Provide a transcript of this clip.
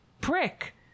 prick